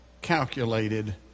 calculated